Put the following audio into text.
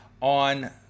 on